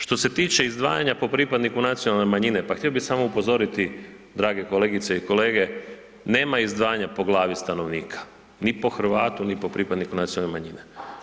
Što se tiče izdvajanja po pripadniku nacionalne manjine, pa htio bi samo upozoriti drage kolegice i kolege, nema izdvajanja po glavi stanovnika, ni po Hrvatu ni po pripadniku nacionalne manjine.